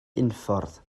unffordd